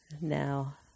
now